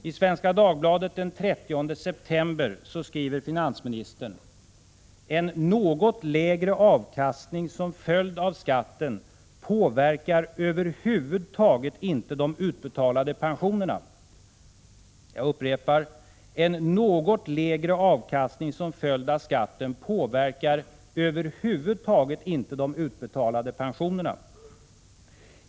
I Svenska Dagbladet den 30 september skriver finansministern: ”En något lägre avkastning som följd av skatten påverkar över huvud taget inte de utbetalade pensionerna.” Jag upprepar: En något lägre avkastning som följd av skatten påverkar över huvud taget inte de utbetalade pensionerna.